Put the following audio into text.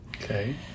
okay